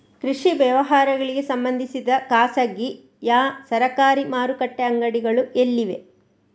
ಕೃಷಿ ವ್ಯವಹಾರಗಳಿಗೆ ಸಂಬಂಧಿಸಿದ ಖಾಸಗಿಯಾ ಸರಕಾರಿ ಮಾರುಕಟ್ಟೆ ಅಂಗಡಿಗಳು ಎಲ್ಲಿವೆ?